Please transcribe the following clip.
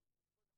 נכות.